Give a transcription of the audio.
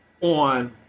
on